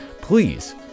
please